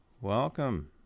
Welcome